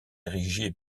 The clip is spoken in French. érigé